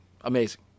Amazing